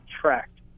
tracked